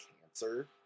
cancer